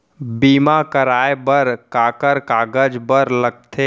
बीमा कराय बर काखर कागज बर लगथे?